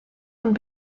und